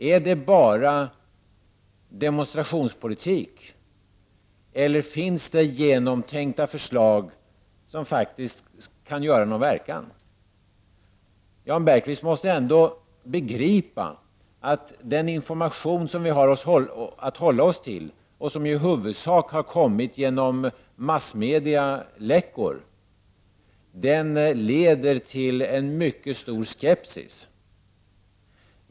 Är det bara demonstrationspolitik eller finns det genomtänkta förslag, som faktiskt kan göra någon verkan? Jan Bergqvist måste ändå begripa att den information som vi har att hålla oss till och som i huvudsak kommit genom massmedieläckor leder till en mycket stor skepsis.